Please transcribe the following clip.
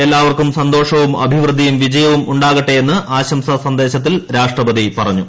എല്ലാവർക്കും സന്തോഷവും അഭിവൃദ്ധിയും വിജയവും ഉണ്ടാകട്ടെയെന്ന് ആശംസാ സന്ദേശത്തിൽ രാഷ്ട്രപതി പറഞ്ഞു